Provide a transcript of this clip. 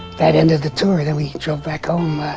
that end of the tour then we drove back home. ah